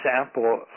example